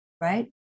right